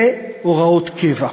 להוראות קבע.